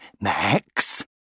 Max